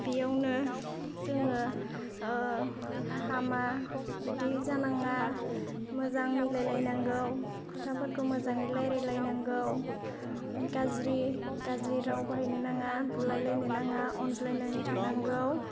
बेयावनो जोङो हामा बिदि जानाङा मोजां मिलायलायनांगौ खोथाफोरखौ मोजाङै रायज्लायलायनांगौ गाज्रि गाज्रि राव बाहायनो नाङा बुलायलायनो नाङा अनज्लायनानै थानांगौ